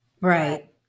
Right